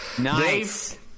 Nice